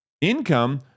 income